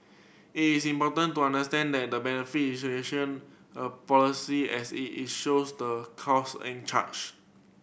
it is important to understand that the benefit of a policy as it it shows the cost and charge